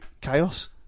chaos